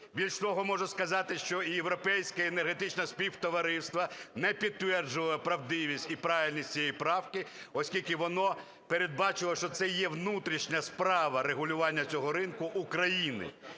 більше того, можу сказати, що і європейське Енергетичне Співтовариство не підтверджувало правдивість і правильність цієї правки, оскільки воно передбачувало, що це є внутрішня справа - регулювання цього ринку - України.